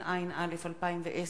התשע”א 2010,